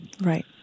Right